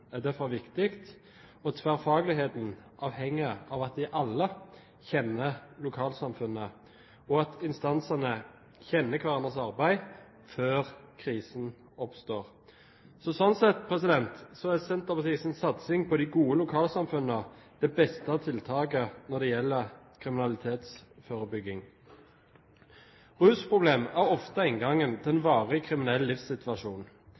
er derfor viktig. Tverrfagligheten avhenger av at alle kjenner lokalsamfunnet, og at instansene kjenner hverandres arbeid før krisen oppstår. Slik sett er Senterpartiets satsing på de gode lokalsamfunnene det beste tiltaket når det gjelder kriminalitetsforebygging. Rusproblemer er ofte inngangen til en varig kriminell livssituasjon.